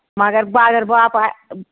مَگر بہٕ اَگر باپار